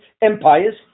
empires